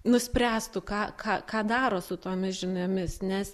nuspręstų ką ką ką daro su tomis žiniomis nes